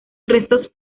restos